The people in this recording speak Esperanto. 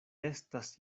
estas